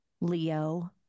Leo